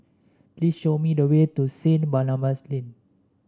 please show me the way to Saint Barnabas Lane